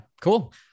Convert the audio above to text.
Cool